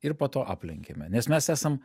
ir po to aplenkėme nes mes esam